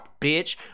bitch